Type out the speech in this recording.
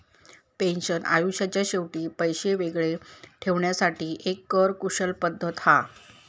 pension आयुष्याच्या शेवटी पैशे वेगळे ठेवण्यासाठी एक कर कुशल पद्धत हा